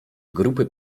grupy